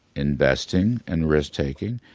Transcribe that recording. investing and risk taking,